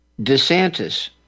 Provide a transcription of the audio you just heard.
DeSantis